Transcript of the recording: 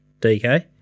DK